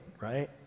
right